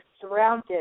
surrounded